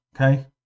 okay